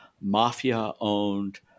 mafia-owned